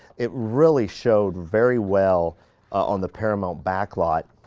it really showed very well on the paramount back lot,